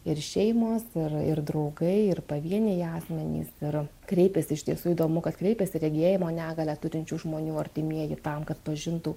ir šeimos ir ir draugai ir pavieniai asmenys ir kreipias iš tiesų įdomu kas kreipiasi regėjimo negalią turinčių žmonių artimieji tam kad pažintų